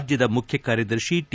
ರಾಜ್ಲದ ಮುಖ್ಲಕಾರ್ಯದರ್ಶಿ ಟಿ